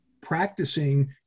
practicing